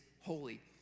holy